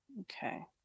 okay